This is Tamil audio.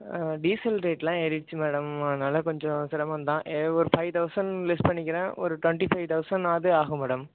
டீசல் ரேட்டுலாம் ஏறிடுச்சு மேடம் அதனால கொஞ்சம் சிரமம்தான் ஏதோ ஒரு ஃபைவ் தவுசன் லெஸ் பண்ணிக்கிறேன் ஒரு டுவென்ட்டி ஃபைவ் தவுசன்னாவது ஆகும் மேடம்